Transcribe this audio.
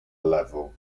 level